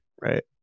right